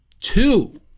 Two